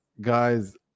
Guys